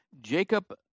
Jacob